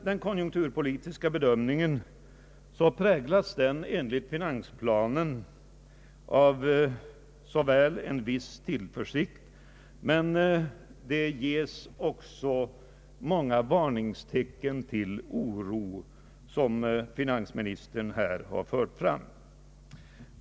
Den konjunkturpolitiska bedömningen präglas enligt finansplanen av en viss tillförsikt, men det ges också många oroande varningstecken från finansministerns sida.